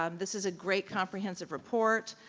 um this is a great comprehensive report.